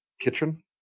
Kitchen